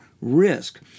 risk